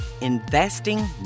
investing